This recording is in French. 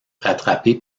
rattrapé